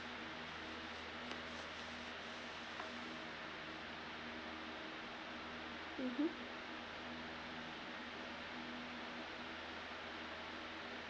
mmhmm